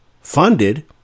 funded